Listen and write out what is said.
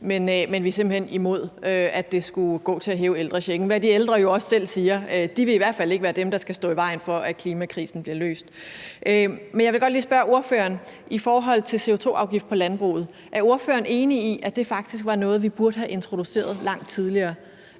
men vi er simpelt hen imod, at det skulle gå til at hæve ældrechecken, hvad de ældre jo også selv siger; de vil i hvert fald ikke være dem, der skal stå i vejen for, at klimakrisen bliver løst. Men jeg vil godt lige spørge ordføreren i forhold til CO2-afgift på landbruget: Er ordføreren enig i, at det faktisk var noget, vi burde have introduceret langt tidligere,